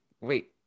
Wait